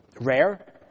rare